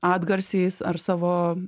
atgarsiais ar savo